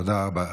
תודה רבה.